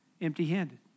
Empty-handed